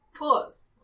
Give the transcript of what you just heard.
Pause